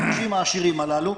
האנשים העשירים הללו,